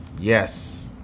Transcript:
Yes